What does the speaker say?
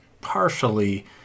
partially